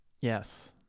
Yes